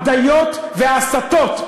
הבדיות וההסתות,